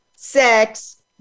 sex